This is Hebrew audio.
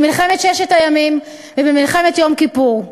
במלחמת ששת הימים ובמלחמת יום כיפור.